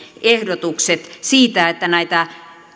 ehdotukset siitä että näitä